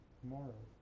tomorrow